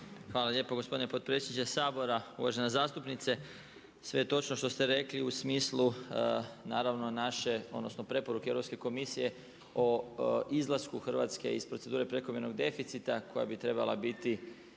Hvala lijepa gospodine potpredsjedniče Sabora. Uvažena zastupnice. Sve je točno što ste rekli u smislu naše odnosno preporuke Europske komisije o izlasku Hrvatske iz procedure prekomjernog deficita koja bi trebala biti